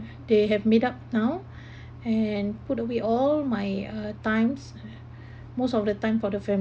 they have made up now and put away all my uh times most of the time for the family